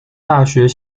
大学